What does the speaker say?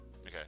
Okay